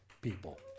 people